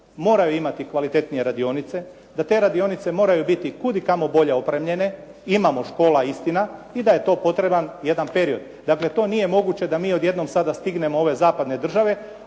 moraju imati kvalitetnije radionice, da te radionice moraju biti kud i kamo bolje opremljene, imamo škola, istina i da je to potreban jedan period. Dakle, to nije moguće da mi odjednom sada stignemo ove zapadne države